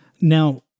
Now-